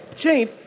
Chief